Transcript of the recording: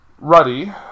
ruddy